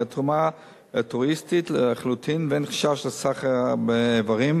כי התרומה אלטרואיסטית לחלוטין ואין חשש לסחר באיברים,